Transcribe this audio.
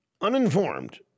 uninformed